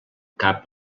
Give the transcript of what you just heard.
cap